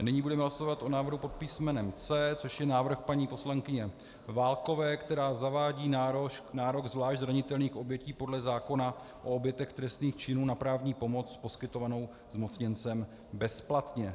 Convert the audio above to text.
Nyní budeme hlasovat o návrhu pod písmenem C, což je návrh paní poslankyně Válkové, která zavádí nárok zvlášť zranitelných obětí podle zákona o obětech trestných činů na právní pomoc poskytovanou zmocněncem bezplatně.